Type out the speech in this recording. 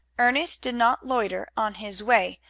ernest did not loiter on his way,